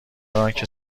آنکه